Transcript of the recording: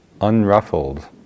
unruffled